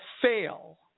fail